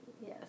Yes